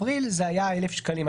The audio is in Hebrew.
אפריל זה היה 1,000 שקלים.